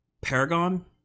Paragon